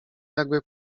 jakby